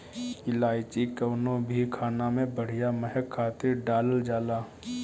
इलायची कवनो भी खाना में बढ़िया महक खातिर डालल जाला